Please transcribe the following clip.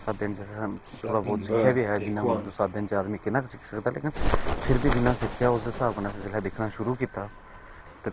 सत्त दिन च असें थोह्ड़ा बहुत सिक्खेआ बी ऐ ते सत्त दिन च बंदा किन्ना गै सिक्खी सकदा लेकिन फिर बी जिन्ना सिक्खेआ ते उसदे स्हाब कन्नै करना शुरू कीता ते